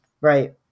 right